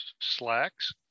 slacks